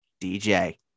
DJ